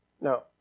No